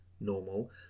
normal